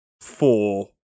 four